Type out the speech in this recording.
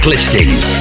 listings